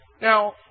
Now